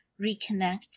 reconnect